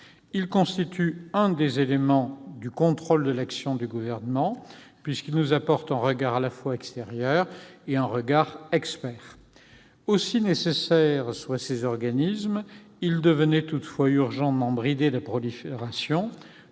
Ils constituent un des éléments du contrôle de l'action du Gouvernement, puisqu'ils nous apportent un regard à la fois extérieur et expert. Aussi nécessaires que soient ces organismes, il devenait urgent d'en brider la prolifération,